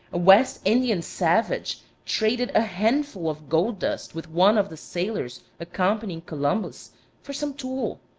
a west indian savage traded a handful of gold-dust with one of the sailors accompanying columbus for some tool,